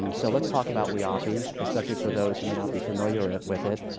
um so let's talk about whiaapi, especially for those who may not be familiar with it.